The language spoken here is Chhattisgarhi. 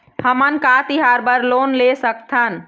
हमन का तिहार बर लोन ले सकथन?